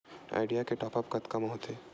Idea के top आप कतका म होथे?